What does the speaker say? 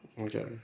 Okay